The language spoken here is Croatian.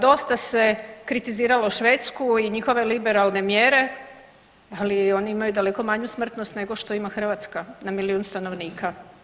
Dosta se kritiziralo Švedsku i njihove liberalne mjere, ali oni imaju daleko manju smrtnost nego što ima Hrvatska na milijun stanovnika.